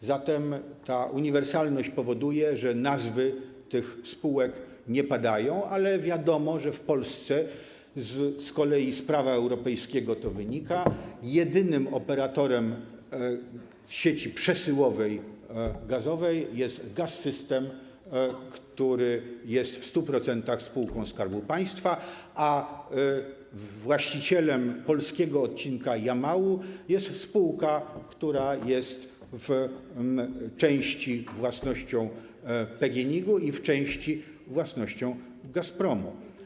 A zatem ta uniwersalność powoduje, że nazwy tych spółek nie padają, ale wiadomo, że w Polsce, co z kolei wynika z prawa europejskiego, jedynym operatorem sieci przesyłowej gazowej jest Gaz-System, który jest w 100% spółką Skarbu Państwa, a właścicielem polskiego odcinak Jamału jest spółka, która jest w części własnością PGNiG-u, a w części własnością Gazpromu.